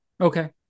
Okay